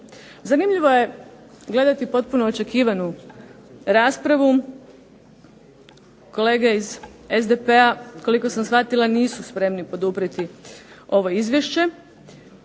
Zanimljivo je gledati potpuno očekivanu raspravu, kolege iz SDP-a koliko sam shvatila nisu spremni poduprijeti ovo izvješće,